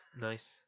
Nice